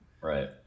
right